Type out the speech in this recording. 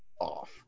off